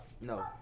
No